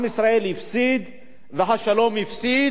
עם ישראל הפסיד והשלום הפסיד,